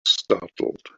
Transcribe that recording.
startled